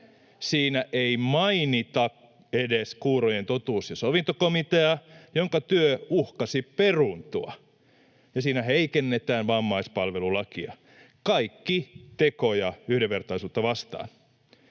Siinä ei mainita edes kuurojen totuus- ja sovintokomiteaa, jonka työ uhkasi peruuntua, ja siinä heikennetään vammaispalvelulakia. Kaikki tekoja yhdenvertaisuutta vastaan.